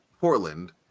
Portland